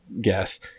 guess